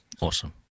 Awesome